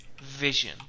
vision